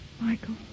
Michael